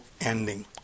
ending